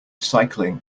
cycling